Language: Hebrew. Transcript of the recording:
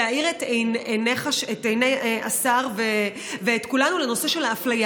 להאיר את עיני השר ואת עיני כולנו לנושא של האפליה.